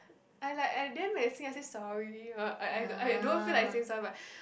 I like I didn't I say sorry uh I I I don't feel like saying sorry but